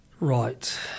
Right